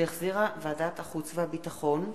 שהחזירה ועדת החוץ והביטחון,